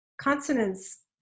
consonants